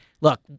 look